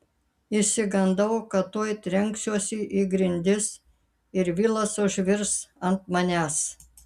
išsigandau kad tuoj trenksiuosi į grindis ir vilas užvirs ant manęs